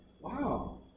wow